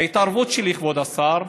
ההתערבות שלי, כבוד השר,